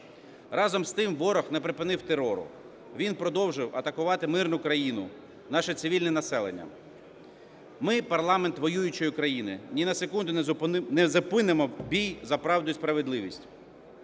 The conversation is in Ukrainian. Разом з тим ворог не припинив терору, він продовжив атакувати мирну країну, наше цивільне населення. Ми, парламент воюючої країни, ні на секунду не зупинимо бій за правду і справедливість.